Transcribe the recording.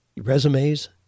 resumes